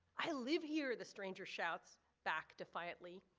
i live here the stranger shouts back defiantly.